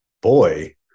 boy